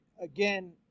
Again